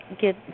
get